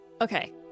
Okay